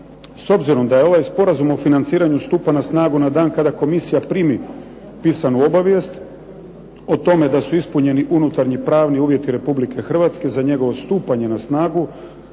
S obzirom da ovaj Sporazum o financiranju stupa na snagu na dan kada komisija primi pisanu obavijest o tome da su ispunjeni unutarnji pravni uvjeti Republike Hrvatske za njegovo stupanje na snagu,